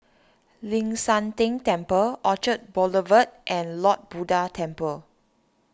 Ling San Teng Temple Orchard Boulevard and Lord Buddha Temple